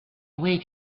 wait